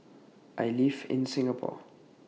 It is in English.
I live in Singapore